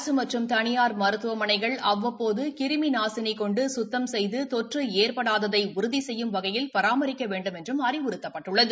அரசு மற்றும் தனியார் மருத்துவமனைகள் அவ்வப்போது கிருமி நாசினி கொண்டு சுத்தம் செய்து தொற்று ஏற்படாததை உறுதி செய்யும் வகையில் பராமரிக்க வேண்டுமென்றும் அறிவுறுத்தப்பட்டுள்ளது